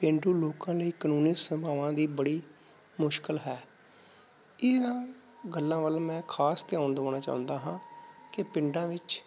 ਪੇਂਡੂ ਲੋਕਾਂ ਲਈ ਕਾਨੂੰਨੀ ਸੇਵਾਵਾਂ ਦੀ ਬੜੀ ਮੁਸ਼ਕਲ ਹੈ ਇਨ੍ਹਾਂ ਗੱਲਾਂ ਵੱਲ ਮੈਂ ਖਾਸ ਧਿਆਨ ਦਿਵਾਉਣਾ ਚਾਹੁੰਦਾ ਹਾਂ ਕਿ ਪਿੰਡਾਂ ਵਿੱਚ